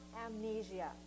amnesia